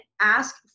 ask